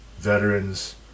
veterans